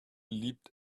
leapt